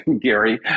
Gary